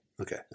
Okay